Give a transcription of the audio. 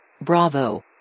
Bravo